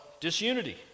disunity